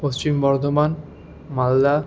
Paschim Bardhaman Malda